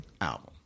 album